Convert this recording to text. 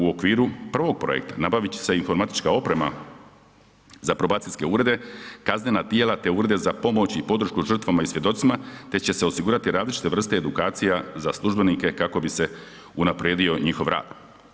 U okviru prvog projekta nabavit će se informatička oprema za probacijske urede, kaznena tijela te urede za pomoć i podršku žrtvama i svjedocima te će se osigurati različite vrste edukacija za službenike kako bi se unaprijedio njihov rad.